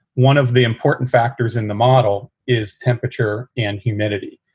one of the important factors in the model is temperature and humidity.